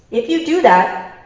if you do that,